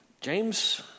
James